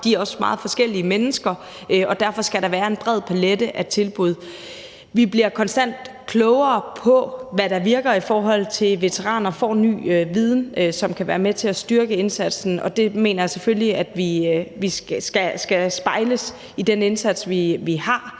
de er også meget forskellige mennesker, og derfor skal der være en bred palet af tilbud. Vi bliver konstant klogere på, hvad der virker i forhold til veteraner, og vi får en ny viden, som kan være med til at styrke indsatsen, og det mener jeg selvfølgelig skal spejles i den indsats, vi gør,